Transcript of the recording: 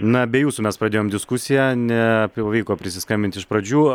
na be jūsų mes pradėjome diskusiją nepavyko prisiskambinti iš pradžių